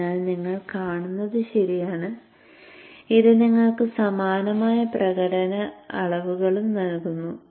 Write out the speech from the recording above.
അതിനാൽ നിങ്ങൾ കാണുന്നത് ശരിയാണ് ഇത് നിങ്ങൾക്ക് സമാനമായ പ്രകടന അളവുകളും നൽകുന്നു